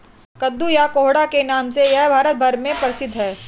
कद्दू या कोहड़ा के नाम से यह भारत भर में प्रसिद्ध है